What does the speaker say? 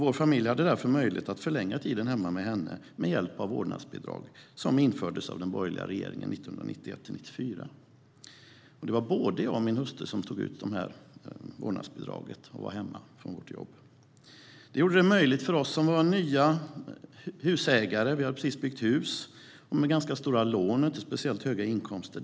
Vår familj hade därför möjlighet att förlänga tiden hemma med henne med hjälp av vårdnadsbidraget, som infördes av den borgerliga regeringen 1991-1994. Både min hustru och jag tog ut vårdnadsbidraget och var hemma från jobbet. Vi var nya husägare, hade precis byggt hus och hade stora lån och inte speciellt höga inkomster.